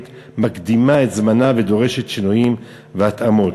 מקדימה את זמנה ודורשת שינויים והתאמות.